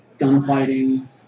gunfighting